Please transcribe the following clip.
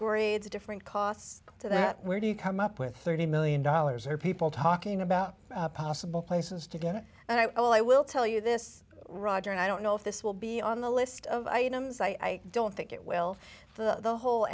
grades different costs to that where do you come up with thirty million dollars are people talking about possible places to get it and i will tell you this roger and i don't know if this will be on the list of items i don't think it will the the whole